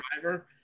driver